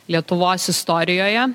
lietuvos istorijoje